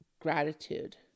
gratitude